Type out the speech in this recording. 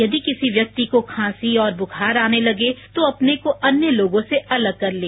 यदि किसी व्यक्ति को खांसी और बुखार आने लगे तो अपने को अन्य लोगों से अलग कर लें